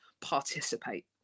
participate